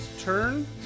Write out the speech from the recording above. turn